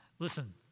Listen